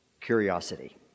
curiosity